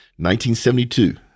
1972